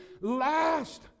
last